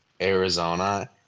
Arizona